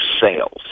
sales